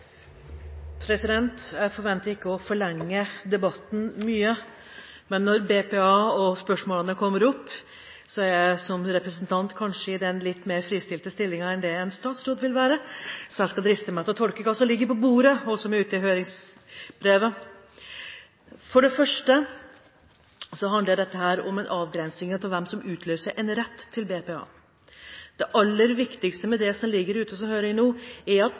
jeg som representant kanskje i en litt mer fristilt stilling enn det en statsråd vil være. Jeg skal derfor driste meg til å tolke det som ligger på bordet, og som er ute i høringsbrevet. For det første handler dette om en avgrensing av hvem som utløser en rett til BPA. Det aller viktigste med det som ligger ute til høring nå, er at